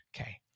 Okay